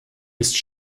ist